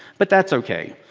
but that's ok.